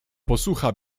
posucha